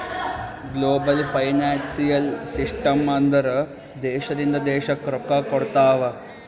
global financial system ಅಂದುರ್ ದೇಶದಿಂದ್ ದೇಶಕ್ಕ್ ರೊಕ್ಕಾ ಕೊಡ್ತಾವ್